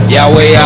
Yahweh